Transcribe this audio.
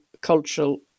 cultural